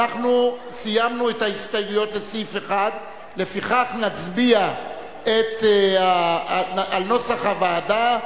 סיימנו את ההסתייגויות לסעיף 1. לפיכך נצביע על סעיף 1 כנוסח הוועדה.